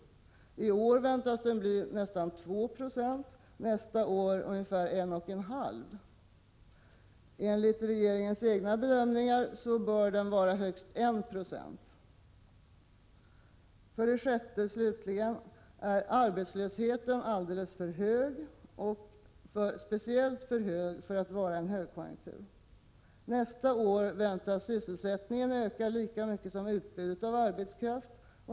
I år väntas den bli nästan 2 26 och nästa år ungefär 1,5 96. Enligt regeringens egna bedömningar bör den vara högst 1 96. För det sjätte: Arbetslösheten är fortfarande alldeles för hög — speciellt i en högkonjunktur. Nästa år väntas sysselsättningen öka lika mycket som utbudet av arbetskraft.